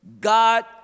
God